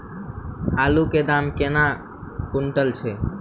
आलु केँ दाम केना कुनटल छैय?